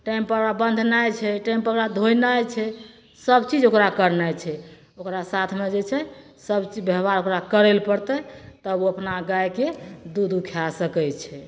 टाइमपर ओकरा बन्धनाइ छै टाइमपर ओकरा धोइनाइ छै सब चीज ओकरा करनाइ छै ओकरा साथ मे जे छै सब चीज ढेबा ओकरा करैलए पड़तै तब उ अपना गाय के दूध उ खए सकै छै